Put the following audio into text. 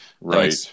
Right